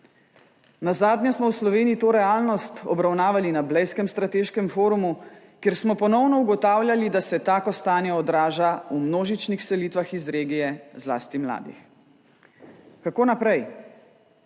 Nazadnje smo v Sloveniji to realnost obravnavali na Blejskem strateškem forumu, kjer smo ponovno ugotavljali, da se tako stanje odraža v množičnih selitvah iz regije, zlasti mladih. Kako naprej?